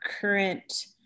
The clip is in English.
current